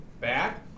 back